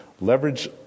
leverage